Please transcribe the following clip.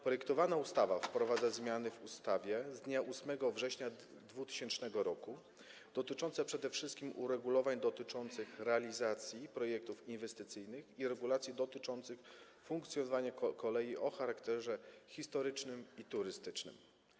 Projektowana ustawa wprowadza zmiany w ustawie z dnia 8 września 2000 r. dotyczące przede wszystkim uregulowań w sprawie realizacji projektów inwestycyjnych i regulacji dotyczących funkcjonowania kolei o charakterze historycznym i turystycznym.